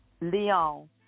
Leon